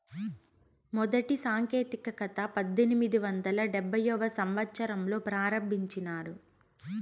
మొదటి సాంకేతికత పద్దెనిమిది వందల డెబ్భైవ సంవచ్చరంలో ప్రారంభించారు